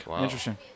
Interesting